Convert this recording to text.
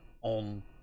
on